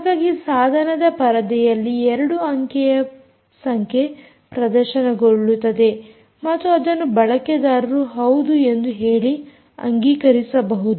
ಹಾಗಾಗಿ ಸಾಧನದ ಪರದೆಯಲ್ಲಿ 6 ಅಂಕೆಯ ಸಂಖ್ಯೆ ಪ್ರದರ್ಶನಗೊಳ್ಳುತ್ತದೆ ಮತ್ತು ಅದನ್ನು ಬಳಕೆದಾದರು ಹೌದು ಎಂದು ಹೇಳಿ ಅಂಗೀಕರಿಸಬಹುದು